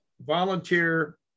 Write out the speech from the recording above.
volunteer